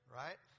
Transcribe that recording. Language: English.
right